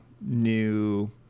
new